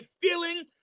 feeling